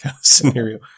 scenario